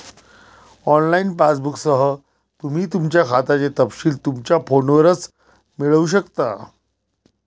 online पासबुकसह, तुम्ही तुमच्या खात्याचे तपशील तुमच्या फोनवरच मिळवू शकता